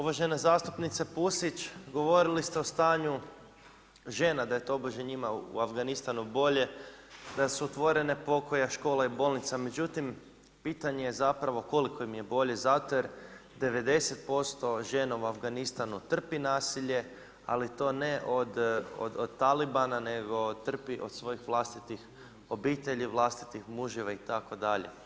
Uvažena zastupnice Pusić, govorili ste o stanju žena da je tobože njima u Afganistanu bolje, da su otvorene pokoja škola i bolnica međutim pitanje je zapravo koliko im je bolje zato jer 90% žena u Afganistanu trpi nasilje, ali to ne od talibana, nego trpi od svojih vlastitih obitelji, vlastitih muževa itd.